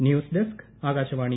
news desk Akashvani